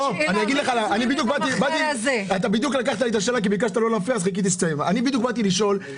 בדיוק באתי לשאול,